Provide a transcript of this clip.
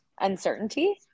uncertainty